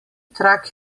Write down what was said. trak